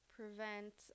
prevent